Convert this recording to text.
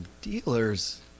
Dealers